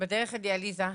בדרך לדיאליזה ונפטר.